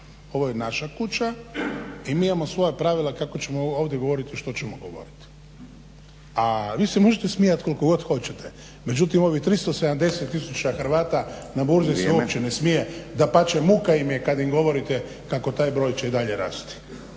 Ovo je naša kuća i mi imamo svoja pravila kako ćemo ovdje govoriti i što ćemo govoriti a vi se možete smijati koliko god hoćete. Međutim ovih 370 tisuća Hrvata na burzi se uopće ne smije, dapače muka im je kad govorite kako taj broj će i dalje rasti.